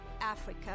Africa